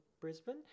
Brisbane